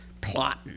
Plotting